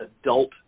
adult